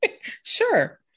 Sure